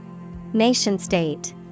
Nation-state